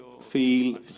feel